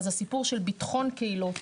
אז הסיפור של ביטחון קהילות,